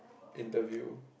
interview